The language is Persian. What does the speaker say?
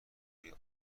روی